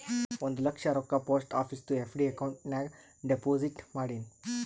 ಒಂದ್ ಲಕ್ಷ ರೊಕ್ಕಾ ಪೋಸ್ಟ್ ಆಫೀಸ್ದು ಎಫ್.ಡಿ ಅಕೌಂಟ್ ನಾಗ್ ಡೆಪೋಸಿಟ್ ಮಾಡಿನ್